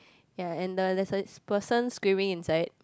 ya and the there's a person screaming inside